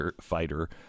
fighter